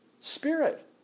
spirit